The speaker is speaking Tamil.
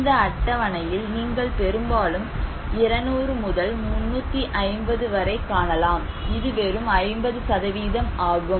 இந்த அட்டவணையையில் நீங்கள் பெரும்பாலும் 200 முதல் 350 வரை காணலாம் இது வெறும் 50 ஆகும்